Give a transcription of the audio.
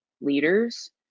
leaders